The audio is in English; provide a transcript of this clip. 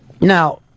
now